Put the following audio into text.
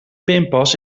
pinpas